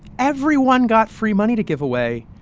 everyone got free money to give away.